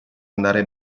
andare